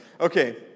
Okay